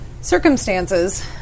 circumstances